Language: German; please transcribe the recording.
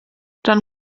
dann